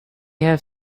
have